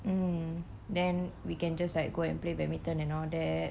um then we can just like go and play badminton and all that